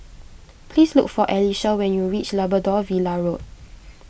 please look for Alyssia when you reach Labrador Villa Road